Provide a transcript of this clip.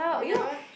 you never